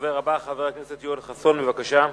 הדובר הבא, חבר הכנסת יואל חסון, בבקשה.